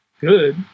good